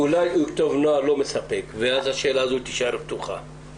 לומר משהו על תקנה 3?